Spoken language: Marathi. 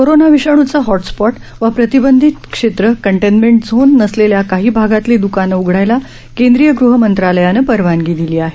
कोरोना विषाणूचा हॉटस्पॉट वा प्रतिबंधित क्षेत्र कंटेनमेंट झोन नसलेल्या काही भागातली दुकानं उघडायला केंद्रीय गृह मंत्रालयानं परवानगी दिली आहे